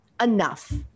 Enough